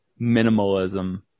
minimalism